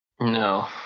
No